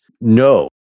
No